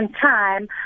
time